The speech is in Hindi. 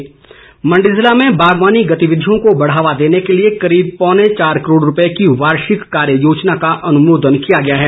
बागवानी मण्डी जिला में बागवानी गतिविधियों को बढ़ावा देने के लिए करीब पौने चार करोड़ रूपए की वार्षिक कार्य योजना का अनुमोदन किया गया है